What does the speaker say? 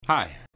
Hi